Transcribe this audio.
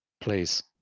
Please